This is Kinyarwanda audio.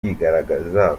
kwigaragaza